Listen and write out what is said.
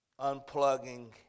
unplugging